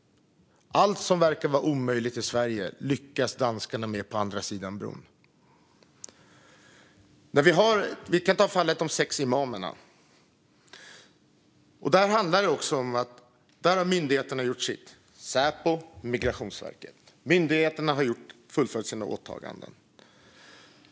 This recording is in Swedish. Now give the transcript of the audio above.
Allt som verkar omöjligt i Sverige lyckas danskarna på andra sidan bron med. Vi kan ta fallet med de sex imamerna. Där handlar det om att myndigheterna - Säpo och Migrationsverket - har gjort sitt och fullföljt sina åtaganden.